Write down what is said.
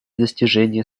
достижения